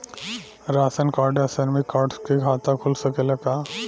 Ration card या श्रमिक card से खाता खुल सकेला का?